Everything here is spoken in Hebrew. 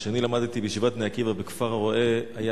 כשאני למדתי בישיבת "בני עקיבא" בכפר-הרא"ה היה